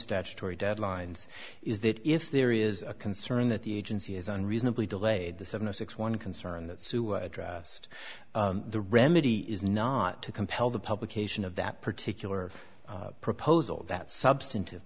statutory deadlines is that if there is a concern that the agency is unreasonably delayed the seven zero six one concern that addressed the remedy is not to compel the publication of that particular proposal that substantive